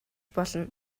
болно